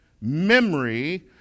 memory